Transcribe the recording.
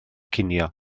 cinio